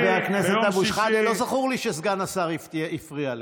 חברת הכנסת סטרוק אולי תוכל לסייע לי,